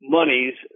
monies